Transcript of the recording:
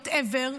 whatever,